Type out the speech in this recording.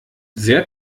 sehr